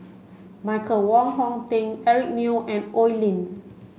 Michael Wong Hong Teng Eric Neo and Oi Lin